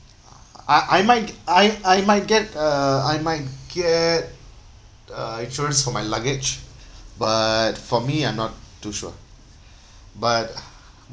I I might I I might get uh I might get uh insurance for my luggage but for me I'm not too sure but